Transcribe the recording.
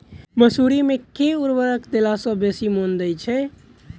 मसूरी मे केँ उर्वरक देला सऽ बेसी मॉनी दइ छै?